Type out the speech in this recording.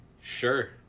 sure